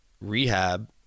rehab